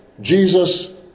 Jesus